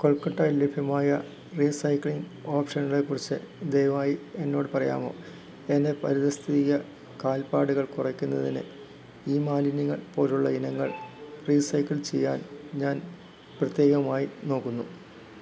കൊൽക്കട്ടയിൽ ലഭ്യമായ റീസൈക്ലിംഗ് ഓപ്ഷനുകളെക്കുറിച്ച് ദയവായി എന്നോട് പറയാമോ എൻ്റെ പരിതസ്ഥിതിക കാൽപ്പാടുകൾ കുറയ്ക്കുന്നതിന് ഇ മാലിന്യങ്ങൾ പോലുള്ള ഇനങ്ങൾ റീസൈക്കിൾ ചെയ്യാൻ ഞാൻ പ്രത്യേകമായി നോക്കുന്നു